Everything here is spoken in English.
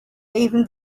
even